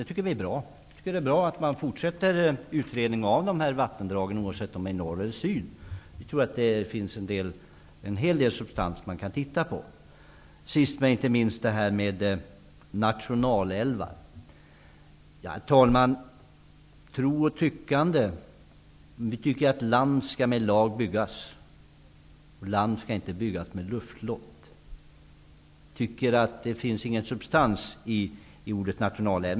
Vi tycker att det är bra att man fortsätter med utredningen av dessa vattendrag, oavsett om de är belägna i norr eller i söder. Jag tror att det finns en hel del material att studera. Sist men inte minst något om nationalälvar. Herr talman! Det gäller här tro och tyckande. Vi tycker att land skall med lag byggas. Land skall inte byggas med luftslott. Jag tycker inte att det finns någon substans i ordet nationalälv.